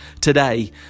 today